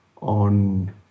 on